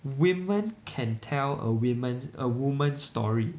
women can tell a women a woman's story